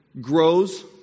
grows